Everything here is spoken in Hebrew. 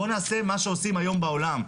בוא נעשה מה שעושים היום בעולם.